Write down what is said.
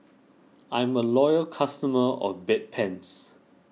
I'm a loyal customer of Bedpans